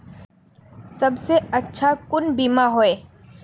सबसे अच्छा कुन बिमा होय?